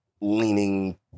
leaning